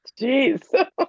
jeez